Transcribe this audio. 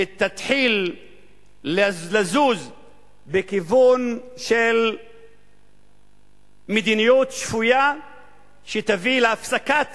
ותתחיל לזוז בכיוון של מדיניות שפויה שתביא להפסקת